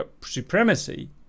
supremacy